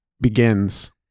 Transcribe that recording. begins